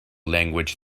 language